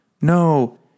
No